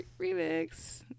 remix